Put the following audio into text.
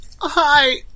Hi